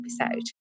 episode